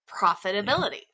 profitability